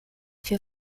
für